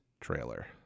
trailer